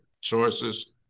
choices